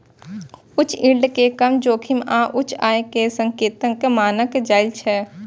उच्च यील्ड कें कम जोखिम आ उच्च आय के संकेतक मानल जाइ छै